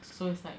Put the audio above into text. so it's like